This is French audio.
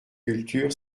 culture